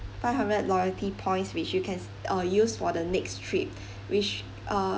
five hundred loyalty points which you can uh use for the next trip which uh